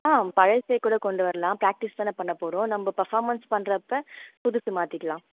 ஆ பழசே கூட கொண்டு வரலாம் ப்ராக்டிஸ் தானே பண்ண போகறோம் நம்ம பர்ஃபாமன்ஸ் பண்றப்போ புதுசு மாற்றிக்கிலாம்